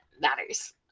matters